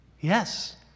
Yes